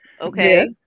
Okay